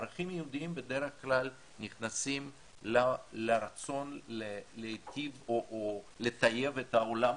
ערכים יהודיים בדרך כלל נכנסים לרצון להיטיב או לטייב את העולם,